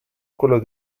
quello